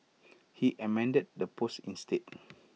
he amended the post instead